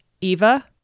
Eva